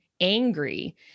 angry